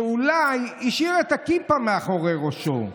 שאולי השאיר את הכיפה מאחורי ראשו,